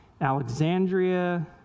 Alexandria